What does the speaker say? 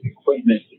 equipment